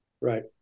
Right